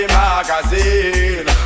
magazine